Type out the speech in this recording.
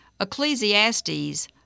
Ecclesiastes